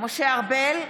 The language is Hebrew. משה ארבל,